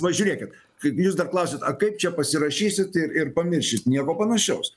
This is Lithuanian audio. va žiūrėkit jūs dar klausiate a kaip čia pasirašysit ir ir pamiršit nieko panašaus